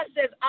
says